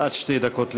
עד שתי דקות לרשותך.